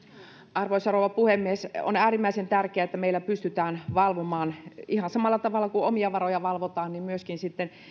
arvoisa rouva puhemies on äärimmäisen tärkeää että meillä pystytään valvomaan ihan samalla tavalla kuin omia varoja valvotaan myöskin sitten